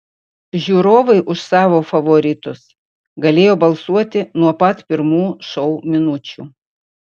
žiūrovai už savo favoritus galėjo balsuoti nuo pat pirmų šou minučių